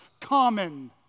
common